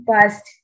past